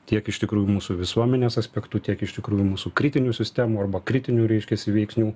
tiek iš tikrųjų mūsų visuomenės aspektu tiek iš tikrųjų mūsų kritinių sistemų arba kritinių reiškiasi veiksnių